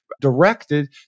directed